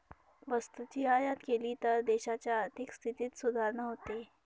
वस्तूची आयात केली तर देशाच्या आर्थिक स्थितीत सुधारणा होते